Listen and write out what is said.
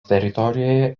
teritorijoje